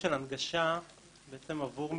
כדאי שנהנה, נרבה שמחה ונמעיט כאב כמו שכתוב